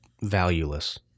valueless